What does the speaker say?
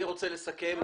אני רוצה לסכם.